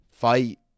fight